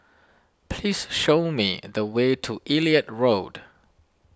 please show me the way to Elliot Road